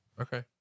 Okay